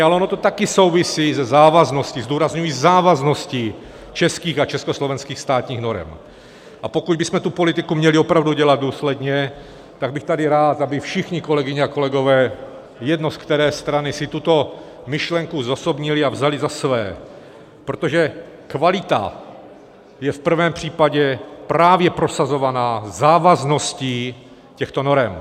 Ale ono to také souvisí se závazností, zdůrazňuji závazností českých a československých státních norem, a pokud bychom tu politiku měli opravdu dělat důsledně, tak bych tady rád, aby všichni, kolegyně a kolegové, jedno, z které strany, si tuto myšlenku zosobnili a vzali za svou, protože kvalita je v prvém případě prosazována právě závazností těchto norem.